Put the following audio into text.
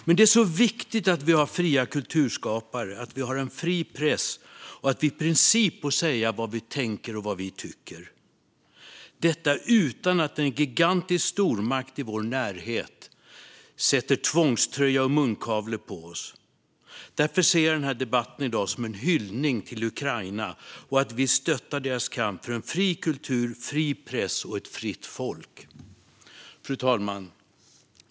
Men det är så viktigt att vi har fria kulturskapare, att vi har en fri press och att vi i princip får säga vad vi tänker och tycker - detta utan att en gigantisk stormakt i vår närhet sätter tvångströja och munkavle på oss. Därför ser jag denna debatt i dag som en hyllning till Ukraina. Vi stöttar deras kamp för en fri kultur, fri press och ett fritt folk. Fru talman!